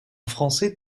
français